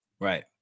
right